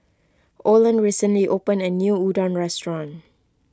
Olen recently opened a new Udon restaurant